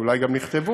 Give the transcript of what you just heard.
שאולי גם נכתבו,